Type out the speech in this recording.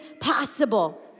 possible